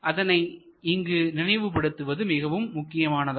அதனை இங்கு நினைவுபடுத்துவது மிகவும் முக்கியமாகும்